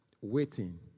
waiting